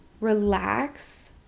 relax